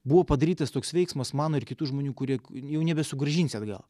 buvo padarytas toks veiksmas mano ir kitų žmonių kurie jau nebesugrąžinsi atgal